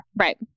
right